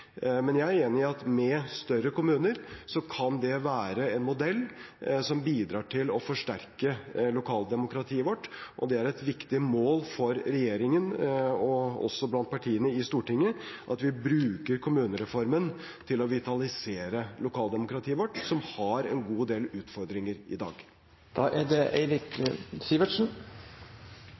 Men jeg er enig i at med større kommuner kan det være en modell som bidrar til å forsterke lokaldemokratiet vårt. Det er et viktig mål for regjeringen og også blant partiene i Stortinget at vi bruker kommunereformen til å vitalisere lokaldemokratiet vårt, som har en god del utfordringer i dag.